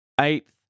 eighth